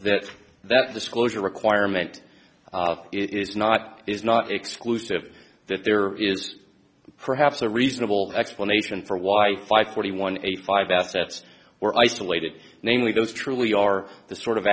that that disclosure requirement is not is not exclusive that there is perhaps a reasonable explanation for why five forty one eighty five assets were isolated namely those truly are the sort of